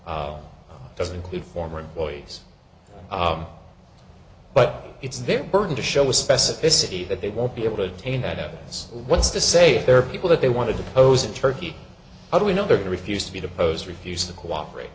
a doesn't include former employees but it's their burden to show with specificity that they won't be able to attain that evidence what's to say there are people that they want to depose in turkey how do we know they're to refuse to be deposed refused to cooperate